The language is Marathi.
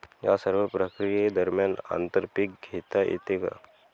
या सर्व प्रक्रिये दरम्यान आंतर पीक घेता येते का?